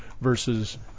versus